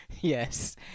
yes